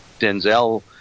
Denzel